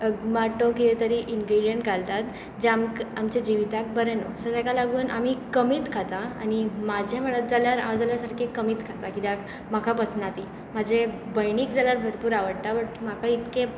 माटो कितें तरी इनग्रिडियंट घालतात ज्या आमक् आमच्या जिविताक बरें न्हय सो ताका लागून आमी कमीच खाता आनी म्हजें म्हणत जाल्यार हांव जाल्यार सारकें कमीत खाता कित्याक म्हाका पचना ती म्हजे भयणीक जाल्यार भरपूर आवाडटा बट म्हाका इतकें